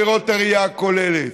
לראות את הראייה הכוללת.